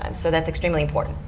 um so that is extremely important.